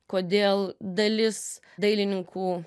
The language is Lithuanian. kodėl dalis dailininkų